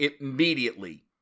immediately